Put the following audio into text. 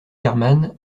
herman